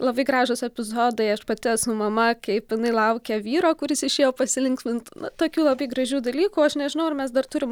labai gražūs epizodai aš pati esu mama kaip jinai laukia vyro kuris išėjo pasilinksmint tokių labai gražių dalykų aš nežinau ar mes dar turim